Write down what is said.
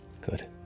Good